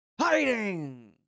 hiding